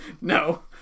No